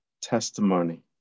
testimony